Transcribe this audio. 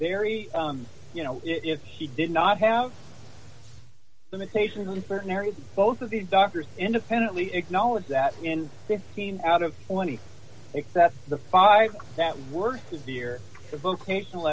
very you know if he did not have limitations in certain areas and both of these doctors independently acknowledged that in fifteen out of twenty except the five that were severe the vocational